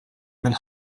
mill